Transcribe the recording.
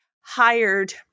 hired